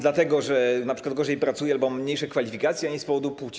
dlatego że np. gorzej pracuje albo ma mniejsze kwalifikacje, a nie z powodu płci?